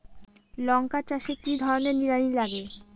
লঙ্কা চাষে কি ধরনের নিড়ানি লাগে?